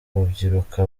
babyiruka